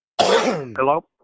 Hello